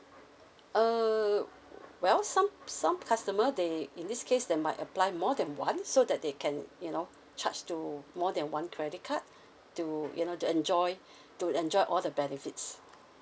err well some some customer they in this case they might apply more than one so that they can you know charge to more than one credit card to you know to enjoy to enjoy all the benefits